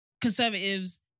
Conservatives